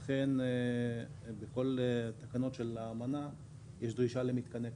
בכל תקנות האמנה יש דרישה למתקני קליטה.